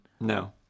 No